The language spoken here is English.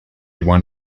one